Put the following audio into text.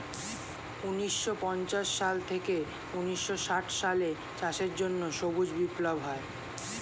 ঊন্নিশো পঞ্চাশ সাল থেকে ঊন্নিশো ষাট সালে চাষের জন্য সবুজ বিপ্লব হয়